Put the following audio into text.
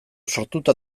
sortuta